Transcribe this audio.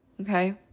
Okay